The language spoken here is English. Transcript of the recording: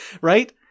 Right